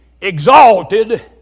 exalted